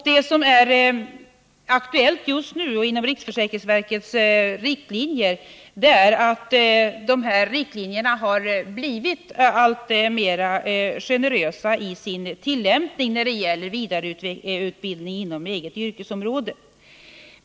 Det som är aktuellt just nu gäller riksförsäkringsverket, och tillämpningen av riksförsäkringsverkets riktlinjer när det gäller vidareutbildning inom eget yrkesområde har blivit alltmer generös.